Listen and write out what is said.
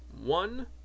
one